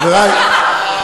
חברי,